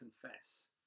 confess